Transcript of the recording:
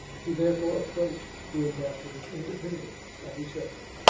he therefore approached the ambassadors independently of each other,